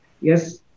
Yes